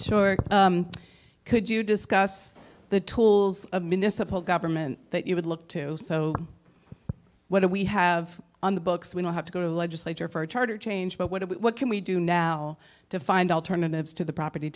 short could you discuss the tools of municipal government that you would look to so what do we have on the books we don't have to go to the legislature for a charter change but what can we do now to find alternatives to the property